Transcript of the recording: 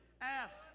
Ask